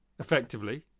effectively